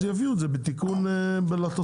אז יביאו את זה בתיקון לתוספת.